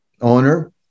owner